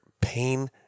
pain